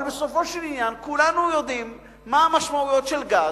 אבל בסופו של עניין כולנו יודעים מה המשמעויות של גז,